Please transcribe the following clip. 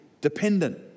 dependent